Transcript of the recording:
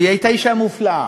והיא הייתה אישה מופלאה.